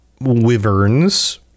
wyverns